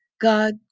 God